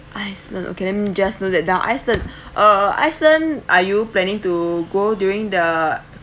iceland okay let me just noted it down iceland uh uh iceland are you planning to go during the